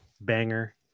banger